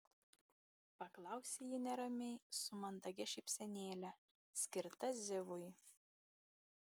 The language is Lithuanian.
paklausė ji neramiai su mandagia šypsenėle skirta zivui